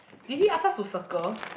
did he ask us to circle